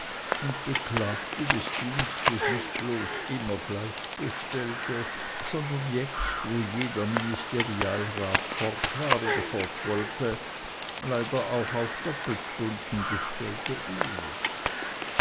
und beklagte des dienstes nicht bloß immer gleichgestellte sondern jetzt wo jeder ministerialrat fort war oder fort wollte leider auch auf doppelstunden gestellte